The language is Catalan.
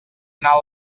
anar